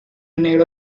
negro